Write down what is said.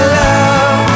love